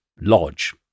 lodge